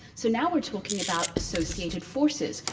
so now we're talking about associated forces.